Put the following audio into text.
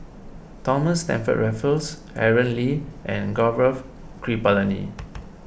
Thomas Stamford Raffles Aaron Lee and Gaurav Kripalani